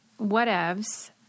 whatevs